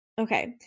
okay